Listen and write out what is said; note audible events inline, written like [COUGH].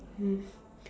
mm [BREATH]